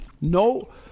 No